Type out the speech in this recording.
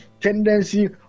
tendency